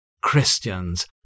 Christians